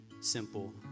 simple